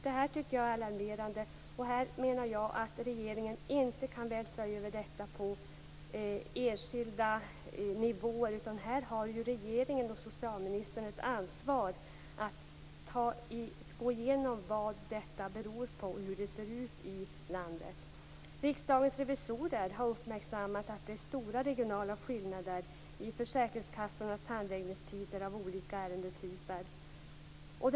Jag tycker att det här är alarmerande, och jag menar att regeringen inte kan vältra över detta på de enskilda, utan regeringen och socialministern har ett ansvar för att gå igenom vad detta beror på och hur det ser ut ute i landet. Riksdagens revisorer har uppmärksammat att det är stora regionala skillnader i försäkringskassornas handläggningstider av olika typer av ärenden.